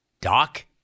Doc